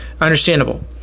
understandable